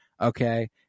Okay